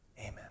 amen